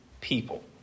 people